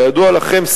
כידוע לכם,